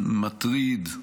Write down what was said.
מטריד,